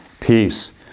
peace